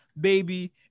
baby